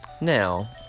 now